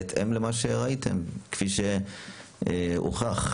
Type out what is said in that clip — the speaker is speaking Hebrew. כפי שהוכח,